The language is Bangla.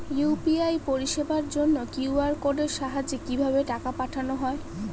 ইউ.পি.আই পরিষেবার জন্য কিউ.আর কোডের সাহায্যে কিভাবে টাকা পাঠানো হয়?